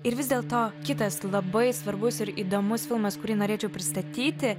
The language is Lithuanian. ir vis dėl to kitas labai svarbus ir įdomus filmas kurį norėčiau pristatyti